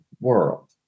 world